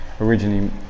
originally